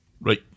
right